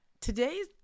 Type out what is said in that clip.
Today's